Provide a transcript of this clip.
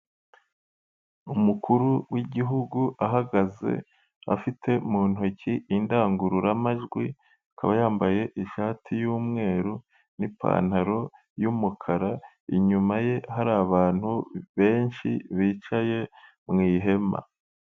Umukuru w'igihugu ahagaze afite mu ntoki indangururamajwi, akaba yambaye ishati y'umweru n'ipantaro y'umukara, inyuma ye hari abantu benshi bicaye mu ihema.